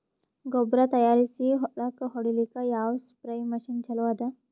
ಗೊಬ್ಬರ ತಯಾರಿಸಿ ಹೊಳ್ಳಕ ಹೊಡೇಲ್ಲಿಕ ಯಾವ ಸ್ಪ್ರಯ್ ಮಷಿನ್ ಚಲೋ ಅದ?